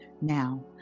Now